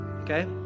Okay